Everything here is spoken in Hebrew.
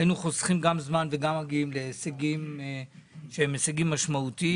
היינו חוסכים גם זמן וגם מגיעים להישגים שהם הישגים משמעותיים.